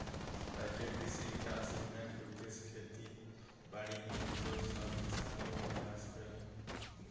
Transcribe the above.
राष्ट्रीय कृषि विकास योजना के उद्देश्य खेती बारी से जुड़ल सब दिशा में विकास कईल हवे